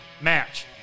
match